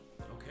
okay